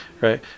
right